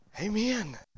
amen